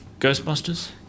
Ghostbusters